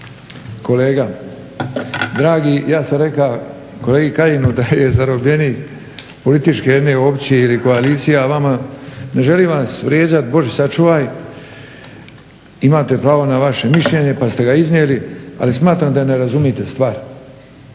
Kolega dragi ja sam rekao kolegi Kajinu da je zarobljenik političke, jedne opcije ili koalicije, a vama, ne želim vas vrijeđat bože sačuvaj, imate pravo na vaše mišljenje pa ste ga iznijeli, ali smatram da ne razumijete stvar